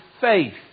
faith